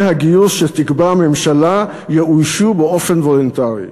הגיוס שתקבע הממשלה יאוישו באופן וולונטרי".